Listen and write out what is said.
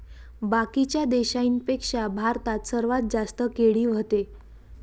बाकीच्या देशाइंपेक्षा भारतात सर्वात जास्त केळी व्हते